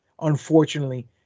unfortunately